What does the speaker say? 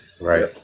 Right